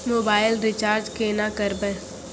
Mobile recharge केना करबै?